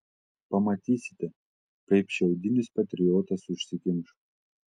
pamatysite kaip šiaudinis patriotas užsikimš